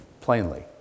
Plainly